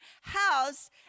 house